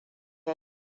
ya